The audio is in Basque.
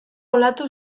olatu